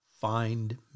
Find